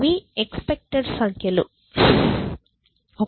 ఇవి ఎక్స్పెక్టెడ్ సంఖ్యలు 1